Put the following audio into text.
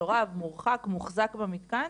מסורב או מורחק או מוחזק במתקן,